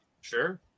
Sure